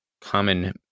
common